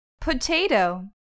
Potato